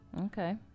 Okay